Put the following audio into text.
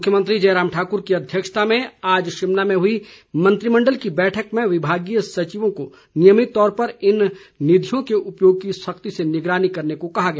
मुख्यमंत्री जयराम ठाकुर की अध्यक्षता में आज शिमला में हुई मंत्रिमंडल की बैठक में विभागीय सचिवों को नियमित तौर पर इन निधियों के उपयोग की सख्ती से निगरानी करने को कहा गया